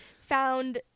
Found